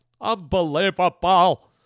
Unbelievable